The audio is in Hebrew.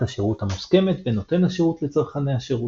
השירות המוסכמת בין נותן השירות לצרכני השירות.